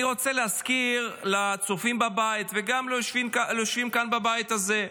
אני רוצה להזכיר לצופים בבית וגם ליושבים כאן בבית הזה,